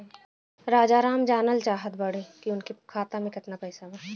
राजाराम जानल चाहत बड़े की उनका खाता में कितना पैसा बा?